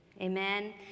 Amen